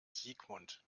sigmund